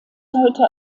heute